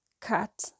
cut